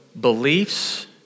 beliefs